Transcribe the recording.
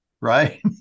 right